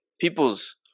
people's